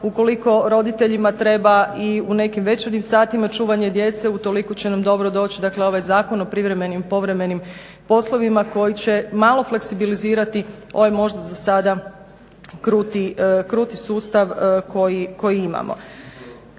ukoliko rodieljima treba i u nekim večernjim satima čuvanje djece, utoliko će nam dobro doći ovaj zakon o privremenim i povremenim poslovima koji će malo fleksibilizirati ovaj možda za sada kruti sustav koji imamo.